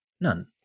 None